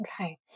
Okay